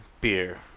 beer